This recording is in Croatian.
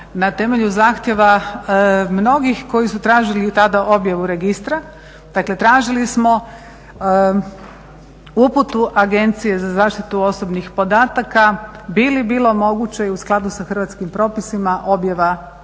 na temelju zahtjeva mnogih koji su tražili tada objavu registra. D Dakle tražili smo uputu Agencije za zaštitu osobnih podataka bi li bilo moguće i u skladu sa hrvatskim propisima objava Registra